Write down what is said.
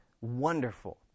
wonderful